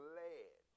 led